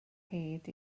hyd